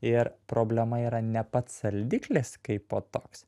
ir problema yra ne pats saldiklis kaipo toks